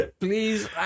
please